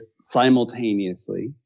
simultaneously